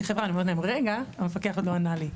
חברה ואני אומרת להם רגע המפקח עוד לא ענה לי.